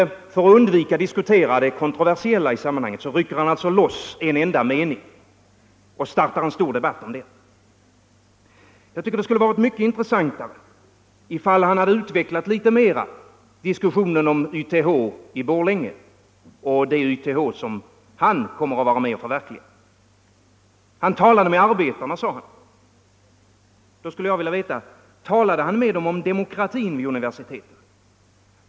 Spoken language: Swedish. För att undvika att diskutera det kontroversiella i sammanhanget rycker herr Alemyr alltså loss en enda mening och startar en stor debatt om den. Jag tycker det skulle ha varit mycket intressantare om herr Alemyr hade utvecklat litet mera diskussionen om YTH i Borlänge — det YTH som han kommer att vara med om att förverkliga. Han har talat med arbetarna, sade han. Då skulle jag vilja veta: Talade han med dem om demokratin vid universiteten?